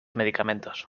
medicamentos